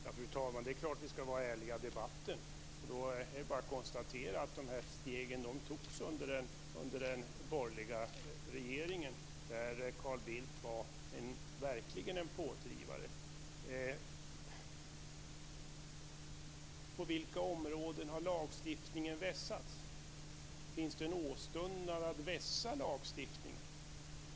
Fru talman! Det är klart att vi skall vara ärliga i debatten. Det är då bara att konstatera att de här stegen togs under den borgerliga regeringen, där Carl Bildt verkligen var en pådrivare. På vilka områden har lagstiftningen vässats? Finns det en åstundan att vässa lagstiftningen?